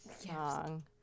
song